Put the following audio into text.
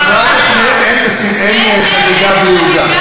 חברי, אדוני השר, אין חגיגה בלי עוגה.